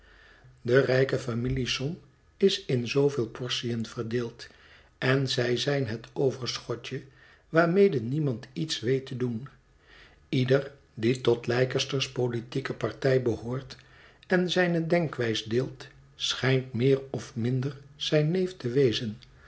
de rijke familiesom is in zooveel portiën verdeeld en zij zijn het overschot e waarmede niemand iets weet te doen ieder die tot leicester's politieke partij behoort en zijne denkwijs deelt schijnt meer of minder zijn neef te wezen